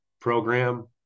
program